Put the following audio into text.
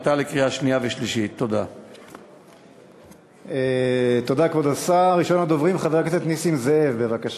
עד יום י' באדר התשע"ה, 1 במרס 2015. אבקשכם